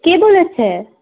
কে বলেছে